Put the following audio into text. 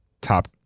top